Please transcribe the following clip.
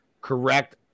correct